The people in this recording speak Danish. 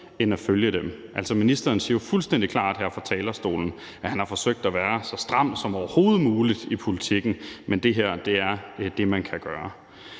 end at følge dem? Ministeren siger jo fuldstændig klart her fra talerstolen, at han har forsøgt at være så stram som overhovedet muligt i politikken, men det her er det, man kan gøre.